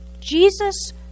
Jesus